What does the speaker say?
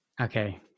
Okay